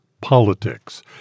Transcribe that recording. politics